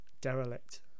derelict